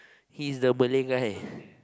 he's the Malay guy